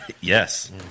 Yes